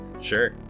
sure